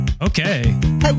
okay